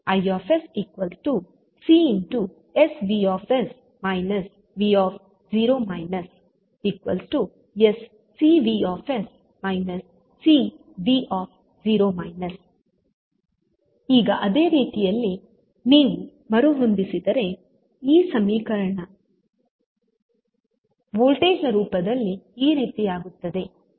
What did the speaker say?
Is CsVs v0 sCV Cv0 ಈಗ ಅದೇ ರೀತಿಯಲ್ಲಿ ನೀವು ಮರುಹೊಂದಿಸಿದರೆ ಈ ಸಮೀಕರಣ ವೋಲ್ಟೇಜ್ ನ ರೂಪದಲ್ಲಿ ಈ ರೀತಿಯಾಗುತ್ತದೆ